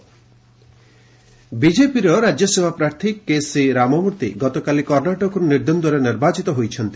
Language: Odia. କର୍ଣ୍ଣାଟକ ରାଜ୍ୟସଭା ବିଜେପିର ରାଜ୍ୟସଭା ପ୍ରାର୍ଥୀ କେସି ରାମମୂର୍ତ୍ତି ଗତକାଲି କର୍ଣ୍ଣାଟକରୁ ନିର୍ଦ୍ଦନ୍ଦରେ ନିର୍ବାଚିତ ହୋଇଛନ୍ତି